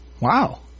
Wow